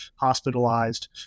hospitalized